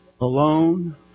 alone